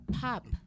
pop